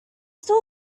still